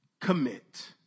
commit